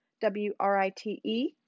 W-R-I-T-E